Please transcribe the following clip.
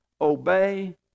obey